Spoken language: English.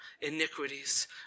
iniquities